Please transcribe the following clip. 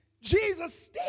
Jesus